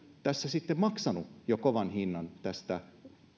tässä maksanut kovan hinnan tästä